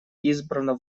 избрано